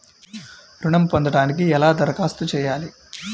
ఋణం పొందటానికి ఎలా దరఖాస్తు చేయాలి?